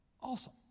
awesome